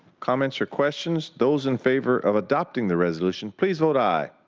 comments or questions? those in favor of adopting the resolutions please vote aye.